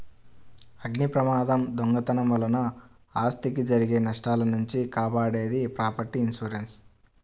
అగ్నిప్రమాదం, దొంగతనం వలన ఆస్తికి జరిగే నష్టాల నుంచి కాపాడేది ప్రాపర్టీ ఇన్సూరెన్స్